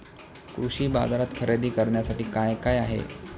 कृषी बाजारात खरेदी करण्यासाठी काय काय आहे?